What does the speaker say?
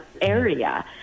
area